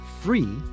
Free